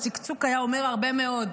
הצקצוק היה אומר הרבה מאוד.